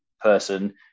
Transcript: person